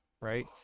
right